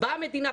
באה המדינה,